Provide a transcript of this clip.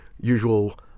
usual